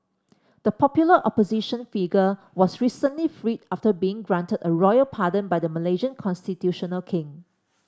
the popular opposition figure was recently freed after being granted a royal pardon by the Malaysian constitutional king